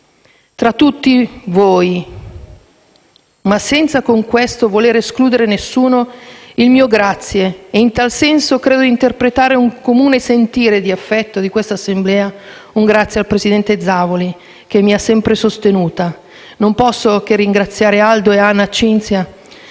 Tra tutti voi, ma senza con questo voler escludere nessuno, il mio grazie (in tal senso credo di interpretare un comune sentire di affetto di quest'Assemblea) va al presidente Zavoli, che mi ha sempre sostenuta. Non posso che ringraziare Aldo Bonfrisco e Anna Cinzia